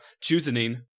choosing